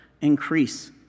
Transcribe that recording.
increase